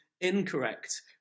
incorrect